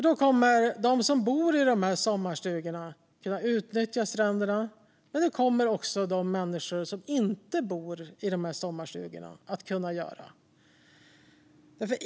Då kommer de som bor i sommarstugorna att kunna utnyttja stränderna. Men det kommer också människor som inte bor i sommarstugorna att kunna göra.